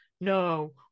no